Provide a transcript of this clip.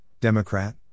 Democrat